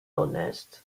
onest